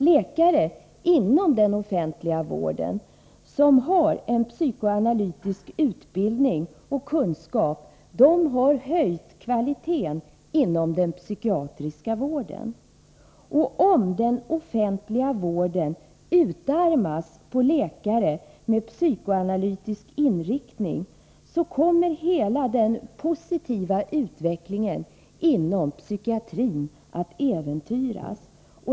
Läkare inom den offentliga vården som har psykoanalytisk utbildning och kunskap har höjt kvaliteten inom den psykiatriska vården. Om den offentliga vården utarmas på läkare med psykoanalytisk inriktning, kommer hela den positiva utvecklingen inom psykiatrin att äventyras.